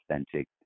authentic